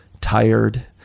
tired